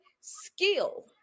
skill